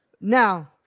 Now